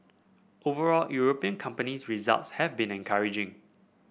overall European companies results have been encouraging